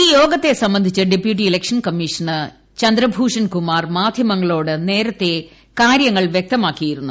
ഈ യോഗത്തെ സംബന്ധിച്ച് deputy election commissioner Chandrabhushan Kumar മാധ്യമങ്ങളോട് നേരത്തെ കാര്യങ്ങൾ വൃക്തമാക്കിയിരുന്നു